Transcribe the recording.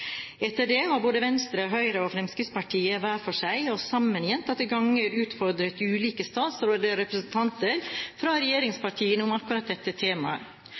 Etter det har både Venstre, Høyre og Fremskrittspartiet hver for seg og sammen gjentatte ganger utfordret ulike statsråder og representanter fra regjeringspartiene om akkurat dette temaet.